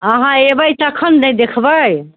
अहाँ अयबै तखन ने देखबै